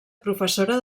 professora